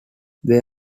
they